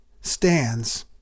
stands